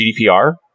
GDPR